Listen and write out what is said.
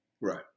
Right